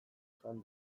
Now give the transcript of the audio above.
jan